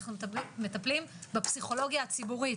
אנחנו נטפל בפסיכולוגיה הציבורית,